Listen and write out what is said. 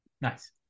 nice